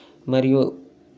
మరియు